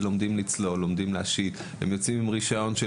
הם לומדים לצלול ולהשיט; הם יוצאים עם רישיון של